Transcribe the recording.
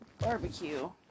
Barbecue